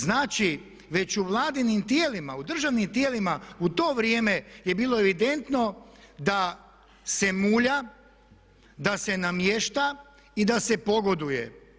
Znači, već u Vladinim tijelima, u državnim tijelima u to vrijeme je bilo evidentno da se mulja, da se namješta i da se pogoduje.